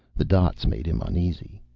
the dots made him uneasy.